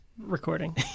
Recording